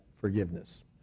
forgiveness